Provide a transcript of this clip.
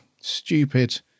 stupid